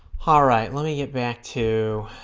ah right let me get back to